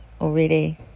already